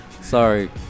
Sorry